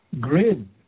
grid